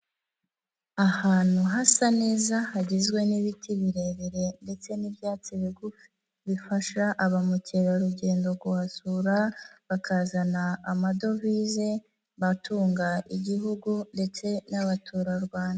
Ahantu hasa neza, hagizwe n'ibiti birebire ndetse n'ibyatsi bigufi, bifasha aba mukerarugendo kuhasura, bakazana amadovize atunga Igihugu ndetse n'abaturarwanda.